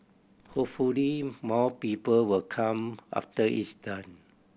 hopefully more people will come after it's done